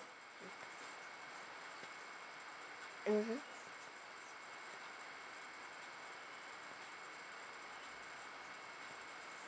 mmhmm